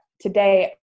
today